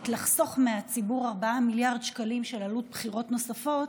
לחסוך מהציבור 4 מיליארד שקלים של עלות בחירות נוספות,